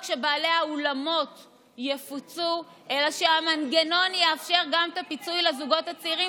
שבעלי האולמות יפוצו אלא שהמנגנון יאפשר גם את הפיצוי לזוגות הצעירים.